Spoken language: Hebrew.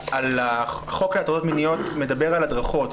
החוק למניעת הטרדות מיניות מדבר על הדרכות,